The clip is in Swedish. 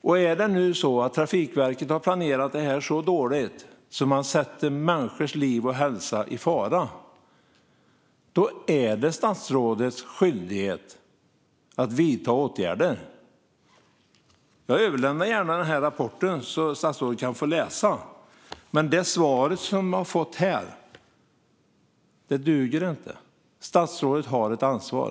Om Trafikverket nu har planerat så dåligt att man försätter människors liv och hälsa i fara är det statsrådets skyldighet att vidta åtgärder. Jag överlämnar gärna rapporten så att statsrådet kan få läsa. Men det svar jag har fått här duger inte. Statsrådet har ett ansvar.